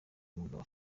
umugabo